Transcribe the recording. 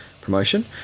promotion